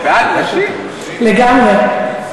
לגמרי.